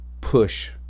push